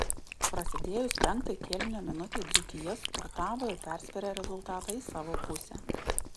prasidėjus penktai kėlinio minutei dzūkija spurtavo ir persvėrė rezultatą į savo pusę